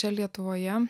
čia lietuvoje